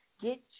Get